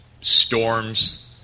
storms